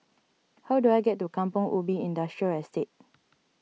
how do I get to Kampong Ubi Industrial Estate